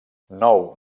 nou